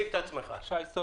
בבקשה.